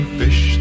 fish